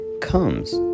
comes